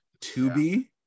Tubi